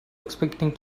expecting